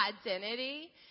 identity